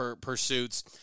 pursuits